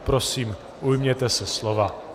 Prosím, ujměte se slova.